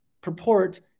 purport